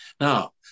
Now